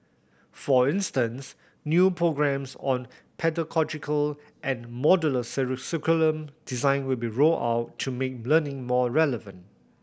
for instance new programmes on pedagogical and modular curriculum design will be rolled out to make learning more relevant